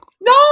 No